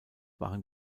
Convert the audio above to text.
waren